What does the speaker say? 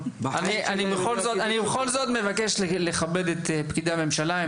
אני בכל זאת מבקש לכבד את פקידי הממשלה,